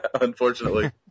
unfortunately